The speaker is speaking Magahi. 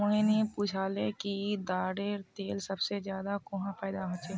मोहिनी पूछाले कि ताडेर तेल सबसे ज्यादा कुहाँ पैदा ह छे